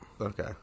Okay